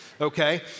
okay